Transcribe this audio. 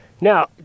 Now